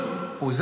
הוא לא פה.